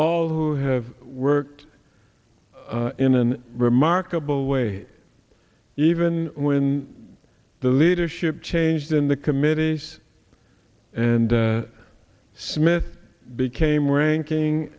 who have worked in an remarkable way even when the leadership changed in the committees and smith became ranking